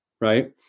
right